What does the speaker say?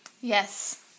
Yes